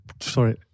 sorry